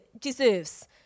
deserves